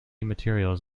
materials